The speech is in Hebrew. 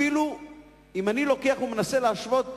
אפילו אם אני מנסה להשוות,